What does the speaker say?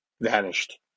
vanished